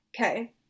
Okay